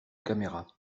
caméra